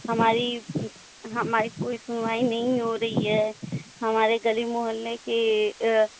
हमारी हमारी पूरी सुनवाई नहीं हो रही है हमारे गली मोहल्ले के यह